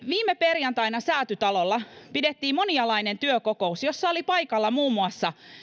viime perjantaina säätytalolla pidettiin monialainen työkokous jossa oli paikalla muun muassa